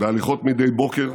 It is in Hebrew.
בהליכות מדי בוקר,